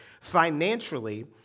financially